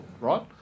right